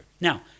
Now